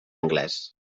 anglès